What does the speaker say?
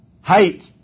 Height